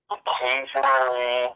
Occasionally